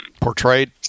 portrayed